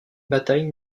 batailles